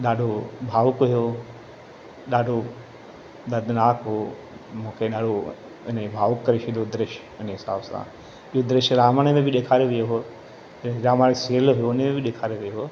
ॾाढो भावुक हुयो ॾाढो दर्दनाक हो मूंखे ॾाढो इन ए भावुक करे छॾियो दृश्य उन हिसाब सां इहे दृश्य रामायण में बि ॾेखारियो वियो हो हे रामायण सीरीयल हुन में बि ॾेखारियो वियो हो